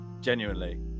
genuinely